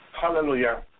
Hallelujah